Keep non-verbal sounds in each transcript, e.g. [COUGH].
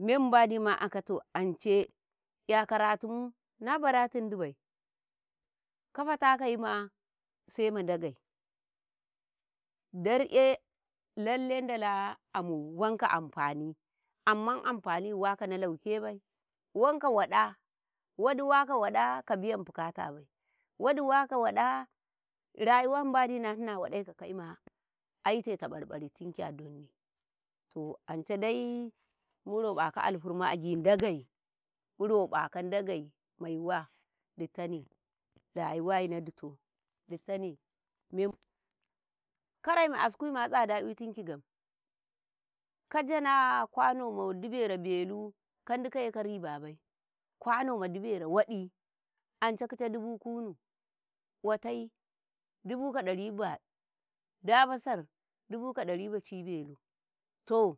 ﻿me mbandi ma'akato ance yakaratun na baratundibai kafatakaima saima Ndagei, dar'eh lalle Ndala amu wanka amfani, amma amfani wakan lokebai, wanka waɗa, waɗi waka waɗa kabayan bukatabai, waɗi waka waɗi rayuwama mbadi na Nnina waɗai ka kakai, ma aite tabar-bartinki adoni, to ance dai muroƃaka alfarma agyi Ndagei, muro ƃaka Ndagei maiwa ditane rayuwai nadito, ditane [HESITATION] kare ma asku tsada yutinkigam ka gyana kwano ma dibero belu kadikaye ka ribabai, kwano ma debero waɗi ance kice dubu kunu, otai dubu dari badu damasar dubu ka ɗari bacibelu. Toh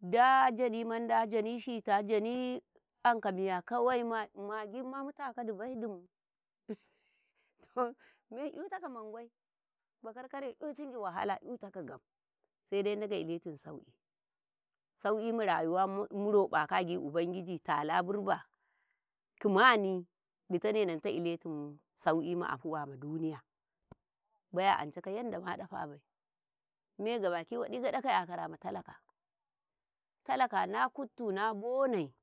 da janii manda, janishita, jani anka miya kawai magima mata kadibai dimu [LAUGHS] me itaka mangyai bakar-kare itunki wahala itakagam sai dai Ndagei iletum sauki, sauki ma rayuwa muraƃaka agyi ubangiji tala birba kumani ditane Nnanta iletum sauki ma'afuwa ma duniya baya anca kayanda maɗafabai me gabaki waɗi gaɗaka 'yakara ma talaka, talaka na kuttu na bonei.